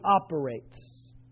operates